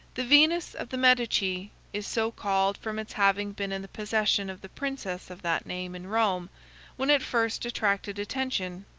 the venus of the medici is so called from its having been in the possession of the princes of that name in rome when it first attracted attention,